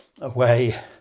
away